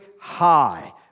high